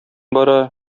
бара